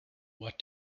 what